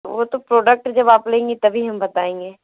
वह तो प्रोडक्ट जब आप लेंगी तभी हम बताएंगे